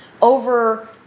Over